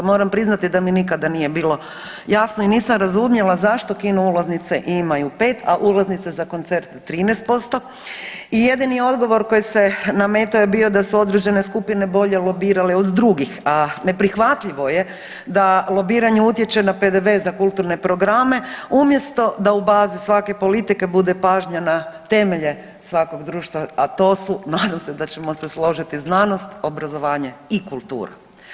Moram priznati da mi nikada nije bilo jasno i nisam razumjela zašto kino ulaznice imaju 5, a ulaznice za koncert 13$ i jedini odgovor koji se nametao je bio da su određene skupine bolje lobirale od drugih, a neprihvatljivo je da lobiranje utječe na PDV za kulturne programe umjesto da u bazi svake politike bude pažnja na temelje svakog društva, a to su nadam se da ćemo složiti znanost, obrazovanje i kultura.